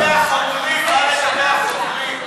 אלעזר, מה לגבי החוקרים?